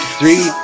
three